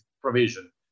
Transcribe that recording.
provision